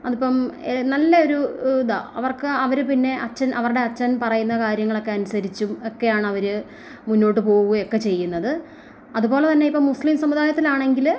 അതിപ്പം നല്ലൊരു ഇതാ അവർക്ക് അവർ പിന്നെ അച്ഛൻ അവരുടെ അച്ഛൻ പറയുന്ന കാര്യങ്ങളൊക്കെ അനുസരിച്ചും ഒക്കെയാണ് അവർ മുന്നോട്ടു പോവുകയൊക്കെ ചെയ്യുന്നത് അതുപോലെ തന്നെ ഇപ്പം മുസ്ലിം സമുദായത്തിൽ ആണെങ്കിൽ